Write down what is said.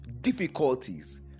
difficulties